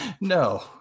no